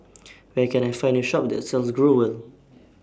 Where Can I Find A Shop that sells Growell